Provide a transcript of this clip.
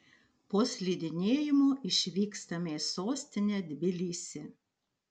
po slidinėjimo išvykstame į sostinę tbilisį